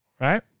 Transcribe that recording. right